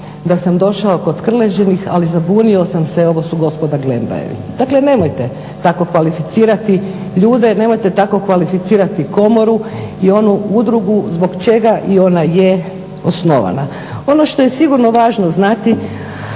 da sam došao kod Krležinih, ali zabunio sam se ovo su gospoda Glembajevi. Dakle, nemojte tako kvalificirati ljude, nemojte tako kvalificirati komoru i onu udrugu zbog čega ona i je osnovana. Ono što je sigurno važno znati,